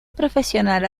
profesional